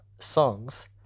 songs